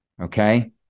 Okay